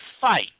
fight